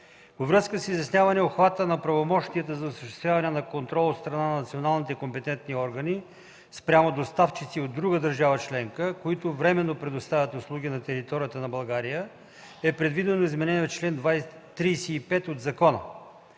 връзка с изясняване обхвата на правомощията за осъществяване на контрол от страна на националните компетентни органи спрямо доставчици от друга държава членка, които временно предоставят услуги на територията на България, е предвидено изменение в чл. 35 от закона.